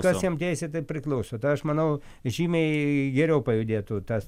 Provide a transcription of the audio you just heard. kas jiem teisėtai priklauso tai aš manau žymiai geriau pajudėtų tas